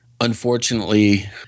Unfortunately